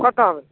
কথা হবে